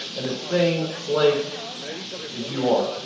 and the same place as you are.